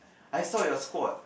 I saw your squad